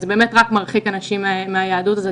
כשאת